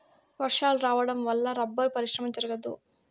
వర్షాలు రావడం వల్ల రబ్బరు పరిశ్రమ జరగదు